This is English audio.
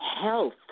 health